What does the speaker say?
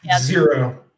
Zero